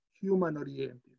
human-oriented